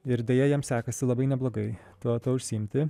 ir deja jiem sekasi labai neblogai tuo tuo užsiimti